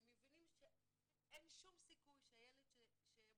הם מבינים שאין שום סיכוי שהילד שהם